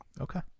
Okay